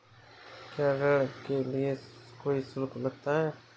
क्या ऋण के लिए कोई शुल्क लगता है?